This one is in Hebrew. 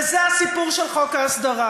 וזה הסיפור של חוק ההסדרה.